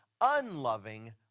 unloving